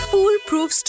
Foolproof